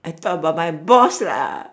I talk about my boss lah